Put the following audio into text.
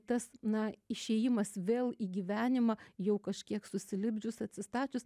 tas na išėjimas vėl į gyvenimą jau kažkiek susilipdžiusius atsistačius